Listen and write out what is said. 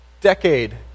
decade